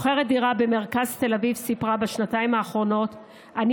שוכרת דירה במרכז תל אביב סיפרה: בשנתיים האחרונות אני